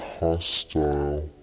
hostile